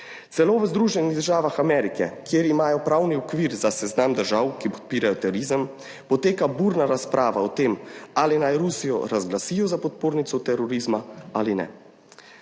Celo v Združenih državah Amerike, kjer imajo pravni okvir za seznam držav, ki podpirajo terorizem, poteka burna razprava o tem, ali naj Rusijo razglasijo za podpornico terorizma ali ne.